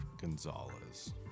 Gonzalez